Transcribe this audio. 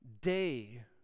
Day